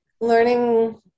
learning